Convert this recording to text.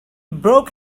broke